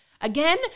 Again